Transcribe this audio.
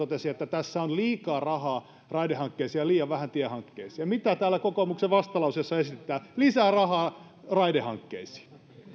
täällä totesi että tässä on liikaa rahaa raidehankkeisiin ja liian vähän tiehankkeisiin ja mitä täällä kokoomuksen vastalauseessa esitetään lisää rahaa raidehankkeisiin